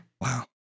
Wow